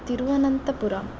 Thiruvananthapuram